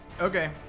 Okay